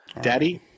Daddy